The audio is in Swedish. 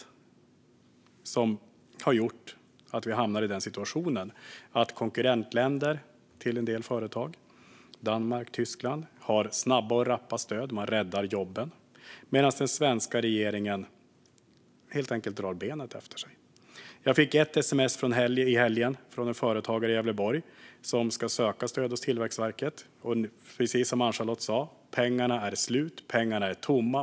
Det är den som har gjort att vi hamnat i situationen att konkurrentländer - för en del företag - som Danmark och Tyskland har snabba och rappa stöd och räddar jobben medan den svenska regeringen drar benen efter sig. Jag fick ett sms i helgen från en företagare i Gävleborg som ska söka stöd hos Tillväxtverket. Precis som Ann-Charlotte sa är pengarna slut. Det är tomt.